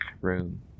Room